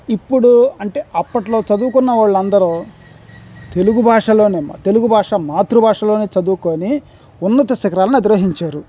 ఇప్పుడు అంటే అప్పట్లో చదువుకున్న వాళ్ళందరూ తెలుగు భాషలోనే తెలుగు భాష మాతృభాషలోనే చదువుకొనీ ఉన్నత శిఖరాలను అధిరోహించారు